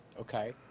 okay